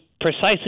precisely